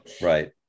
Right